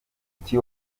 iki